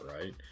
right